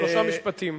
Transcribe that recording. שלושה משפטים.